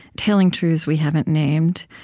telling truths we haven't named.